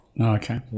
Okay